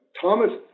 Thomas